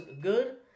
good